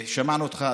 שמענו אותך,